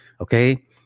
Okay